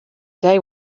day